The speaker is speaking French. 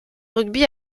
rugby